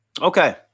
Okay